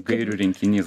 gairių rinkinys